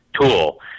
tool